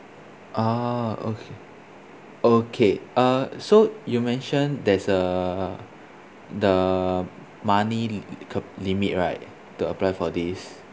ah okay okay uh so you mentioned there's uh the money l~ limit right to apply for this